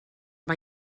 mae